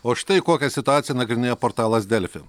o štai kokią situaciją nagrinėja portalas delfi